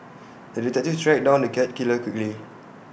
the detective tracked down the cat killer quickly